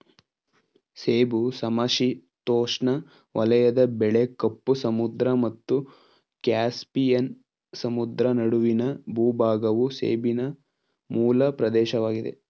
ಸೇಬು ಸಮಶೀತೋಷ್ಣ ವಲಯದ ಬೆಳೆ ಕಪ್ಪು ಸಮುದ್ರ ಮತ್ತು ಕ್ಯಾಸ್ಪಿಯನ್ ಸಮುದ್ರ ನಡುವಿನ ಭೂಭಾಗವು ಸೇಬಿನ ಮೂಲ ಪ್ರದೇಶವಾಗಿದೆ